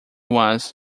was